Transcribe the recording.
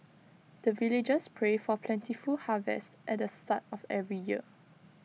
the villagers pray for plentiful harvest at the start of every year